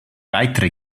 weitere